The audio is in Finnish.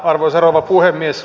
arvoisa rouva puhemies